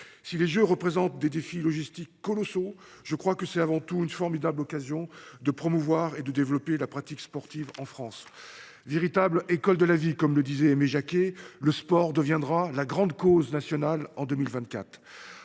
Si les Jeux représentent des défis logistiques colossaux, je crois qu’ils constituent avant tout une formidable occasion de promouvoir et de développer la pratique sportive en France. Véritable « école de vie », comme le disait Aimé Jacquet, le sport sera la grande cause nationale de